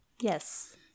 Yes